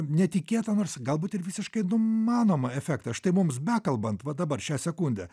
netikėtą nors galbūt ir visiškai numanomą efektą štai mums bekalbant va dabar šią sekundę